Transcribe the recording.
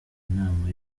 inama